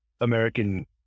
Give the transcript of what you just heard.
American